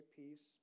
peace